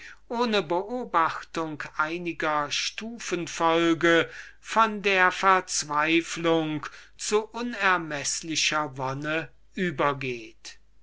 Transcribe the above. ohne beobachtung einiger gradation von der verzweiflung zu unermeßlicher wonne übergeht